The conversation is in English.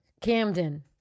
Camden